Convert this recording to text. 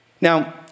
Now